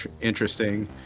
interesting